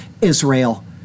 Israel